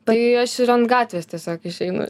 tai aš ir ant gatvės tiesiog išeinu